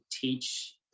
teach